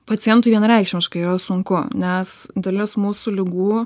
pacientui vienareikšmiškai yra sunku nes dalis mūsų ligų